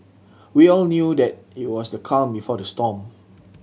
we all knew that it was the calm before the storm